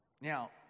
Now